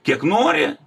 kiek nori